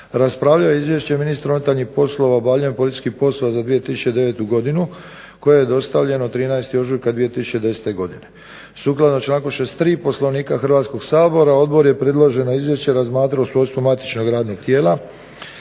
raspravljao je Izvješće ministra unutarnjih poslova o obavljanju policijskih poslova za 2009. godinu koje je dostavljeno 13. ožujka 2010. godine. Sukladno članku 63. Poslovnika Hrvatskog sabora Odbor je predloženo izvješće razmatrao u svojstvu matičnog radnog tijela.